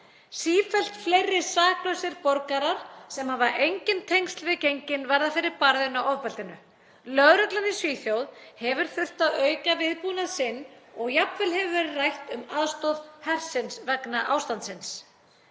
Sífellt fleiri saklausir borgarar sem hafa engin tengsl við gengin verða fyrir barðinu á ofbeldinu. Lögreglan í Svíþjóð hefur þurft að auka viðbúnað sinn og jafnvel hefur verið rætt um aðstoð hersins vegna ástandsins.